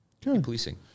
Policing